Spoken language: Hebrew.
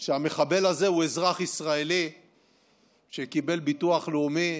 שהמחבל הזה הוא אזרח ישראלי שקיבל ביטוח לאומי,